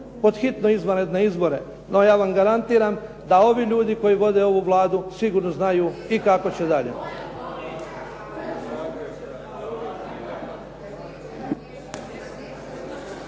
pod hitno izvanredne izbore. No, ja vam garantiram da ovi ljudi koji vode ovu Vladu sigurno znaju i kako će dalje.